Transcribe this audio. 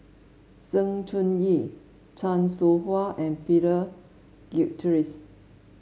Sng Choon Yee Chan Soh Ha and Peter Gilchrist